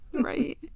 Right